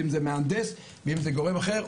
אם זה מהנדס או אם זה גורם אחר,